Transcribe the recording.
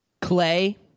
Clay